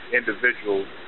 individuals